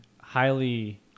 highly